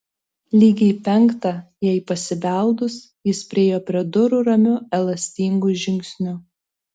lygiai penktą jai pasibeldus jis priėjo prie durų ramiu elastingu žingsniu